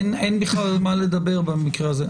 אין בכלל מה לדבר במקרה הזה.